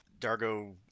Dargo